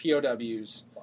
POWs